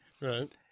Right